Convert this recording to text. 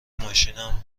ماشینم